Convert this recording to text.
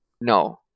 No